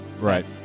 right